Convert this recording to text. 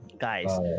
guys